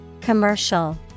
Commercial